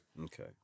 Okay